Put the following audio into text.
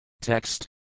Text